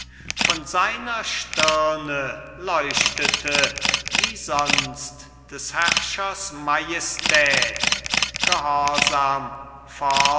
von seiner stirne leuchtete wie sonst des herrschers majestät gehorsam